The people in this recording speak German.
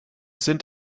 sind